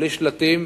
בלי שלטים,